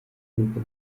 uheruka